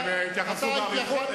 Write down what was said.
הם התייחסו באריכות לדברים.